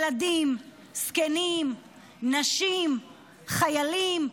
ילדים, זקנים, נשים, חיילים,